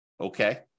Okay